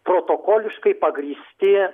protokoliškai pagrįsti